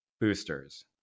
boosters